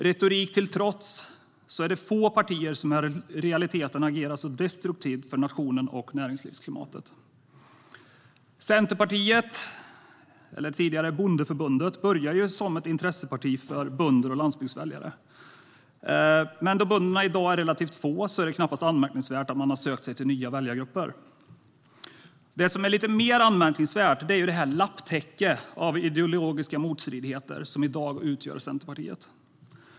Retorik till trots är det få partier som i realiteten agerar så destruktivt för nationen och för näringslivsklimatet. Centerpartiet - eller tidigare Bondeförbundet - började som ett intresseparti för bönder och landsbygdsväljare. Men eftersom bönderna i dag är relativt få är det knappast anmärkningsvärt att partiet sökt sig till nya väljargrupper. Men det som är mer anmärkningsvärt är det lapptäcke av ideologiska motstridigheter som i dag utgör Centerpartiet.